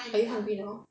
are you hungry now